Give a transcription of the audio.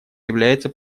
является